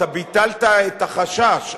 לא, אתה ביטלת את החשש.